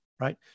right